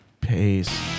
Peace